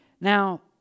Now